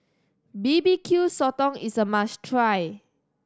B B Q Sotong is a must try